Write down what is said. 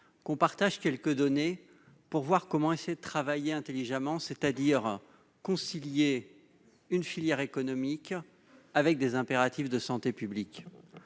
faire état de quelques données utiles pour essayer de travailler intelligemment, c'est-à-dire de concilier une filière économique avec les impératifs de santé publique.